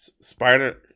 Spider